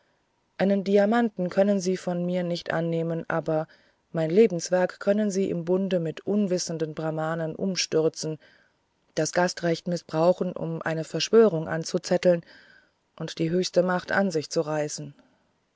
einen diamanten können sie von mir nicht annehmen aber mein lebenswerk können sie im bunde mit unwissenden brahmanen umstürzen das gastrecht mißbrauchen um eine verschwörung anzuzetteln und die höchste macht an sich zu reißen